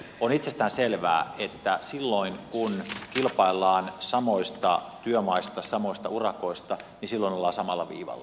on itsestään selvää että silloin kun kilpaillaan samoista työmaista samoista urakoista ollaan samalla viivalla